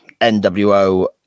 NWO